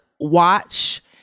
watch